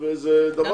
תודה.